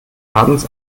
abends